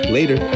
Later